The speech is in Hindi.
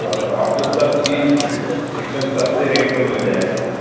और आपको सब चीज़ एकदम सस्ते रेट में मिल जाएगा